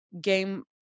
game